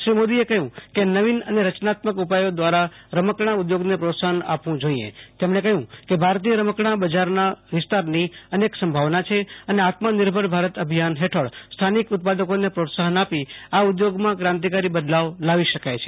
શ્રી મોદીએ કહ્યુ કે નવીન અને રચનાત્મક ઉપાયો દ્રારા રમકડા ઉધોગને પ્રોત્સાફન આપવુ જોઈએ તેમણે કહ્યુ કે ભારતીય રમકડા બજારના વિસ્તારની અનેક સંભાવના છે અને આત્મનિર્ભર ભારત અભિયાન હેઠળ સ્થાનિક ઉત્પાદકોને પ્રોત્સાહન આપી આ ઉધોગમાં કાંતિકારી બદલાવ લાવી શકાય છે